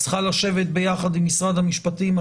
צריכה לשבת ביחד עם משרד המשפטים.